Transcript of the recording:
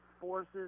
forces